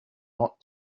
not